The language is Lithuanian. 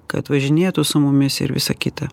kad važinėtų su mumis ir visa kita